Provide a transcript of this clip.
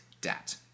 debt